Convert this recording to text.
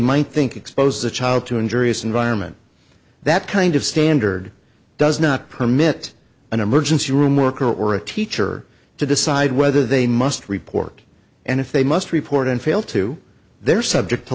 might think expose a child to injurious environment that kind of standard does not permit an emergency room worker or a teacher to decide whether they must report and if they must report and fail to they're subject to